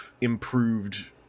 improved